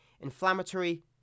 inflammatory